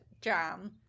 Jam